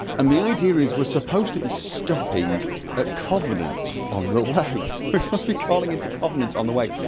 and the idea is we're supposed to be stopping at covenant on the way we're supposed to be calling into covenant on the way,